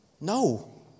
No